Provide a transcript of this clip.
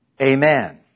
Amen